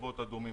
רחובות אדומים,